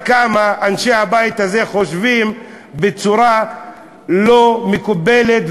כמה אנשי הבית הזה חושבים בצורה לא מקובלת,